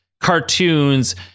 cartoons